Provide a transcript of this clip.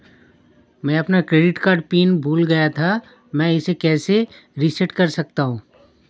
मैं अपना credit card PIN भूल गया था मैं इसे कैसे रीसेट कर सकता हूँ?